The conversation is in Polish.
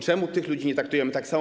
Czemu tych ludzi nie traktujemy tak samo?